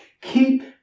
Keep